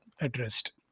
addressed